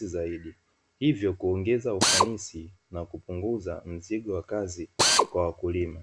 zaidi hivyo huongeza ufanisi na kupunguza mzigo wa kazi kwa wakulima.